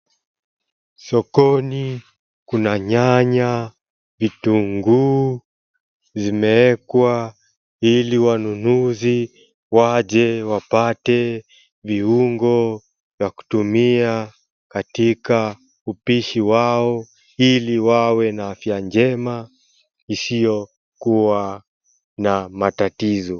Sokoni kuna nyanya, vitunguu zimewekwa ili wanunuzi waje wapate viungo vya kutumia katika upishi wao ili wawe na afya jema isiyokuwa na matatizo.